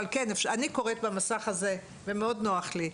אבל כן, אני קוראת במסך הזה ומאוד נוח לי.